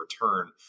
return